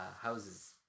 houses